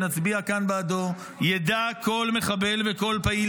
שנצביע כאן בעדו: ידע כל מחבל וכל פעיל